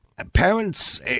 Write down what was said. Parents